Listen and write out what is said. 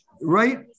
Right